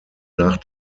nach